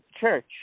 church